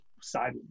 side